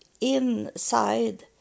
inside